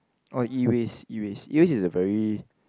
all the E waste E waste E waste is a very